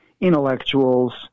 intellectuals